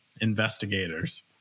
investigators